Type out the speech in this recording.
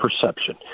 perception